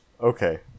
okay